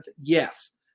Yes